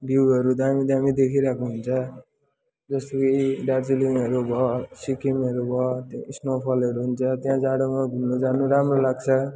भ्यूहरू दामी दामी देखिइरहेको हुन्छ जस्तो कि दार्जिलिङहरू भयो सिक्किमहरू भयो स्नोफलहरू हुन्छ त्यहाँ जाडोमा घुम्न जानु राम्रो लाग्छ